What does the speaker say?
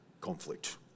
conflict